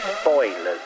spoilers